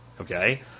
Okay